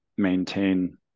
maintain